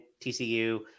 TCU